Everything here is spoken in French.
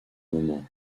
moment